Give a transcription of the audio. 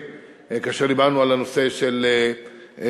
כאשר דיברנו על הנושא של הצ'יפים,